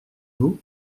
vous